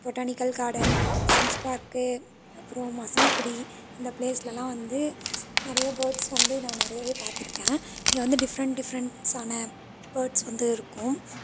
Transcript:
botanical garden Sims park அப்புறோம் மசனகுடி இந்த ப்ளேஸ்லயெலாம் வந்து நிறைய பேர்ட்ஸ் வந்து நான் நிறையவே பார்த்துருக்கேன் இங்கே வந்து டிஃப்ரெண்ட் டிஃப்ரெண்ட்ஸான பேர்ட்ஸ் வந்து இருக்கும்